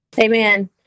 Amen